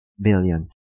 billion